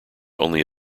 only